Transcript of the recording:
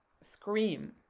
scream